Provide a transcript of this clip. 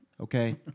okay